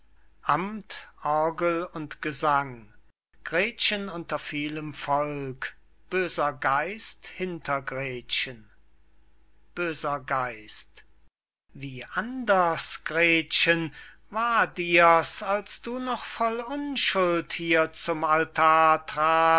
und gesang gretchen unter vielem volke böser geist hinter gretchen böser geist wie anders gretchen war dir's als du noch voll unschuld hier zum altar trat'st